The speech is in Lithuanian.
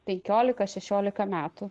penkiolika šešiolika metų